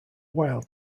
while